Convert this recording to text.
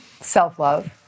self-love